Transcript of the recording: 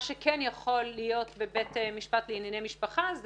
מה שכן יכול להיות בבית משפט לענייני משפחה זה